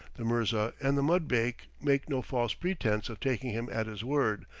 the mirza and the mudbake make no false pretence of taking him at his word,